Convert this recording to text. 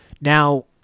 Now